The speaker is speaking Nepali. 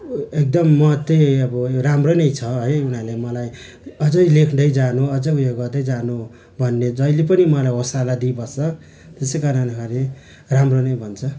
एकदम महत्त्वै अब राम्रो नै छ है उनीहरूले मलाई अझै लेख्दै जानु अझै उयो गर्दै जानु भन्ने जहिले पनि मलाई हौसला दिनुपर्छ त्यसै कारणखेरि राम्रो नै भन्छ